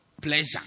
Pleasure